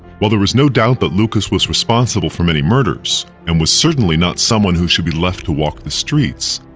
while there is no doubt that lucas was responsible for many murders, and was certainly not someone who should be left to walk the streets,